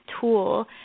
tool